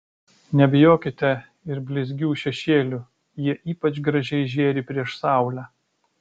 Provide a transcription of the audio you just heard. nebijokite ir blizgių šešėlių jie ypač gražiai žėri prieš saulę